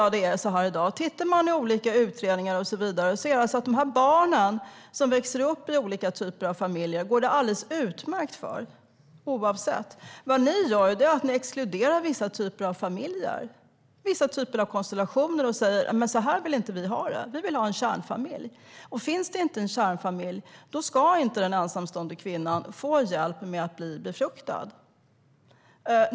Av olika utredningar framgår det att det går alldeles utmärkt för de barn som växer upp i olika typer av familjer. Vad ni gör är att ni exkluderar vissa typer av familjekonstellationer och säger: Men så här vill inte vi ha det. Vi vill att det ska vara en kärnfamilj. Och finns det inte en kärnfamilj ska inte den ensamstående kvinnan få hjälp med att bli befruktad.